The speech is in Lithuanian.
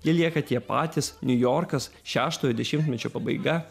jie lieka tie patys niujorkas šeštojo dešimtmečio pabaiga